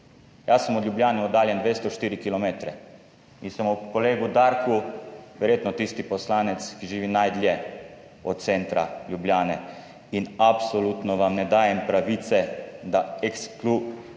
Jaz sem od Ljubljane oddaljen 204 kilometre in sem ob kolegu Darku verjetno tisti poslanec, ki živi najdlje od centra Ljubljane in absolutno vam ne dajem pravice, da ekskluzivno